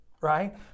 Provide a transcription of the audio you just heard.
right